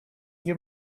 you